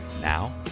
Now